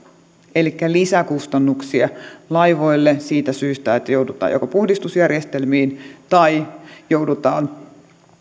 elikkä lisäkustannuksia laivoille siitä syystä että joudutaan joko puhdistusjärjestelmiin tai joudutaan